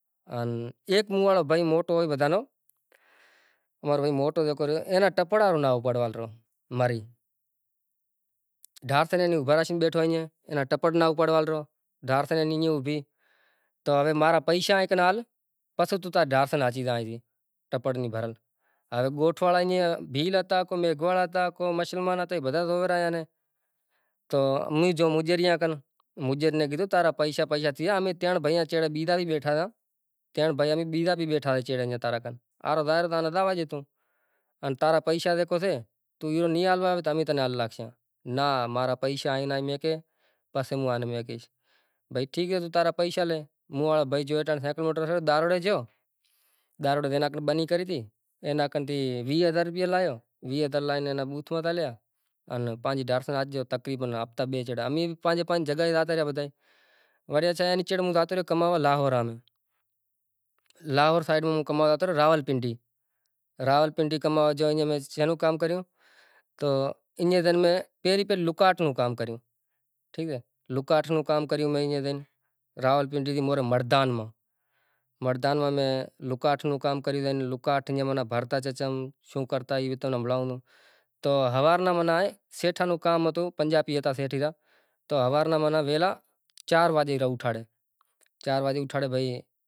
ہولی را ڈینہں پسے شو راتری را ڈینہں آنپڑے پہریں تو مندر میں زایاساں مطلب پگ بگ دہوئے گھنٹی وگاڑے بھلو بلو کرے پسے پہریں تو زام بیھگا زاتا کوئی بھنگ واڈھے کوئی سائونڈ وغیرا ماتھے رمے سی کوئی گاڈی کاڈھے سے تو امیں مطلب مانڑاں منڈیئے بھی ہویئے بیزاں کام ماتھے بھی ہوئیے مطلب زکو زیں ناں زانڑو ہوئے زے ناں حکم تھے گاڈی میں زائے گاڈی اسٹارٹ کرے تقریبن باراں ساڈھاں بارانہں وگے تو ایئے زاتا زاتا تقریبن چار ساڈھا چار روں ٹیم تھے زائے وڑی مندرے تے زایاسیاں بھلو وغیرا لاگیاں ساں صحیح اے، وری بھنڈارو وغیرا کھئی